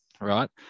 right